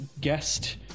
guest